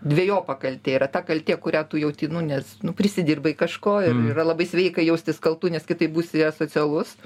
dvejopa kaltė yra ta kaltė kurią tu jauti nu nes nu prisidirbai kažko ir yra labai sveika jaustis kaltu nes kitaip būsi asocialus